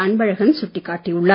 அன்பழகன் சுட்டிக்காட்டியுள்ளார்